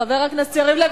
חבר הכנסת יריב לוין.